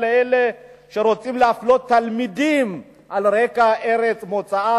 לאלה שרוצים להפלות תלמידים על רקע ארץ מוצא,